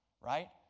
right